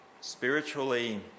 Spiritually